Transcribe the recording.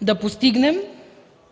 да постигнем